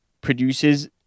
produces